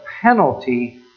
penalty